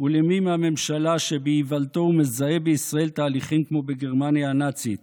ולמי מהממשלה שבאיוולתו הוא מזהה בישראל תהליכים כמו בגרמניה הנאצית